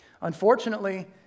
Unfortunately